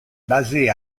basée